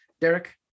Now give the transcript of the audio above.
Derek